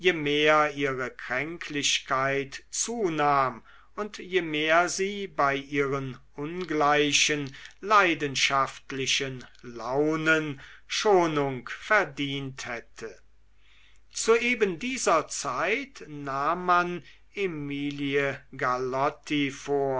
mehr ihre kränklichkeit zunahm und je mehr sie bei ihren ungleichen leidenschaftlichen launen schonung verdient hätte zu eben dieser zeit nahm man emilie galotti vor